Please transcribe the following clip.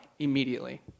Immediately